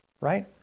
right